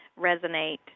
resonate